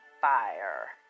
fire